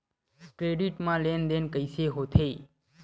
Credit मा लेन देन कइसे होथे?